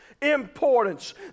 importance